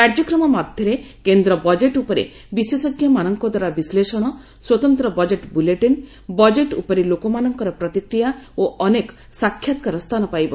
କାର୍ଯ୍ୟକ୍ରମ ମଧ୍ୟରେ କେନ୍ଦ୍ର ବଜେଟ୍ ଉପରେ ବିଶେଷଜ୍ଞମାନଙ୍କ ଦ୍ୱାରା ବିଶ୍ଳେଷଣ ସ୍ୱତନ୍ତ ବଜେଟ୍ ବୁଲେଟିନ୍ ବଜେଟ୍ ଉପରେ ଲୋକମାନଙ୍କର ପ୍ରତିକ୍ରିୟା ଓ ଅନେକ ସାକ୍ଷାତ୍କାର ସ୍ଥାନ ପାଇବ